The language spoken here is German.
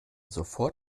sofort